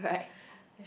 that's true